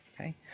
Okay